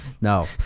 No